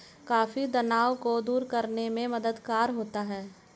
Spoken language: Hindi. कॉफी तनाव को दूर करने में मददगार होता है